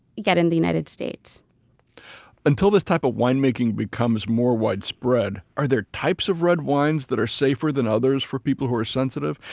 get in the united states until this type of winemaking becomes more widespread, are there types of red wines that are safer than others for people that are sensitive,